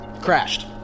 Crashed